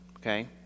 Okay